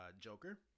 Joker